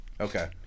okay